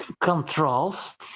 controls